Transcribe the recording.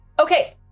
Okay